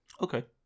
okay